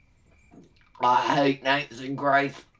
ah hate nancy grace.